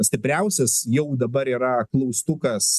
stipriausias jau dabar yra klaustukas